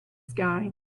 sky